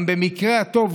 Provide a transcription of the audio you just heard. גם במקרה טוב,